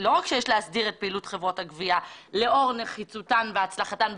שלא רק שיש להסדיר את פעילות חברות הגבייה לאור נחיצותן והצלחתן.